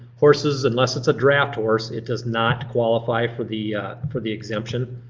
horses, unless it's a draft horse, it does not qualify for the for the exemption.